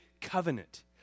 covenant